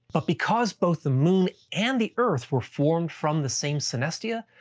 but because both the moon and the earth were formed from the same synestia,